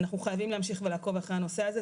אנחנו חייבים להמשיך ולעקוב אחרי הנושא הזה,